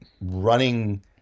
running